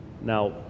Now